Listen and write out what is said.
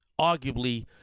arguably